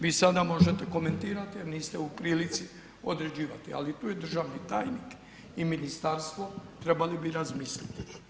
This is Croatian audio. Vi sada možete komentirati jer niste u prilici određivati, ali tu je državni tajnik i ministarstvo trebali bi razmisliti.